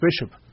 Bishop